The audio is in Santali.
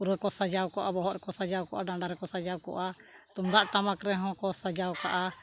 ᱯᱩᱨᱟᱹ ᱠᱚ ᱥᱟᱡᱟᱣ ᱠᱚᱜᱼᱟ ᱵᱚᱦᱚᱜ ᱨᱮᱠᱚ ᱥᱟᱡᱟᱣ ᱠᱚᱜᱼᱟ ᱰᱟᱸᱰᱟ ᱨᱮᱠᱚ ᱥᱟᱡᱟᱣ ᱠᱚᱜᱼᱟ ᱛᱩᱢᱫᱟᱜᱼᱴᱟᱢᱟᱠ ᱨᱮᱦᱚᱸ ᱠᱚ ᱥᱟᱡᱟᱣ ᱠᱟᱜᱼᱟ